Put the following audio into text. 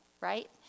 right